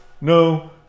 No